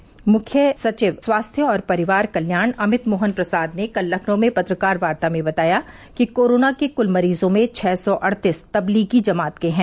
प्रमुख सचिव स्वास्थ्य और परिवार कल्याण अमित मोहन प्रसाद ने कल लखनऊ में पत्रकार वार्ता में बताया कि कोरोना के क्ल मरीजों में छः सौ अड़तीस तबलीगी जमात के हैं